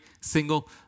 single